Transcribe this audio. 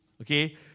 okay